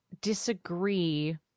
disagree